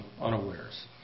unawares